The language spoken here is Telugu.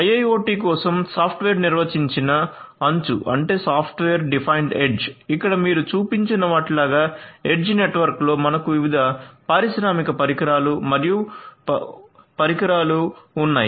IIoT కోసం సాఫ్ట్వేర్ నిర్వచించిన అంచు ఇక్కడ మీరు చూపించిన వాటిలాగా ఎడ్జ్ నెట్వర్క్లో మనకు వివిధ పారిశ్రామిక పరికరాలు మరియు పరికరాలు ఉన్నాయి